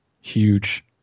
huge